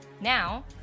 Now